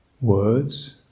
words